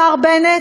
השר בנט,